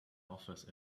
office